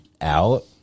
out